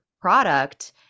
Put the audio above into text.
product